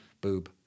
boob